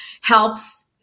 helps